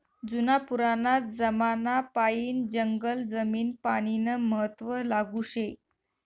जुना पुराना जमानापायीन जंगल जमीन पानीनं महत्व लागू शे